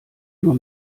nur